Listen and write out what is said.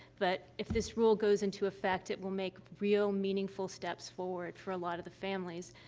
but if this rule goes into effect, it will make real, meaningful steps forward for a lot of the families.